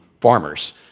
farmers